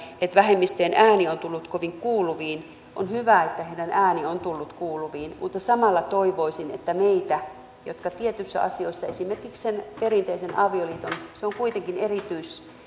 vähemmistöjen ääni on tullut kovin kuuluviin on hyvä että heidän äänensä on tullut kuuluviin mutta samalla toivoisin että myös me tietyissä asioissa esimerkiksi sen perinteisen avioliiton suhteen se on kuitenkin erityinen ja